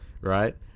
right